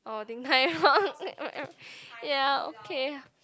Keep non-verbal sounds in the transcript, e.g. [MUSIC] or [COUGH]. oh Din-Tai-Fung [LAUGHS] ya okay